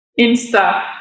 Insta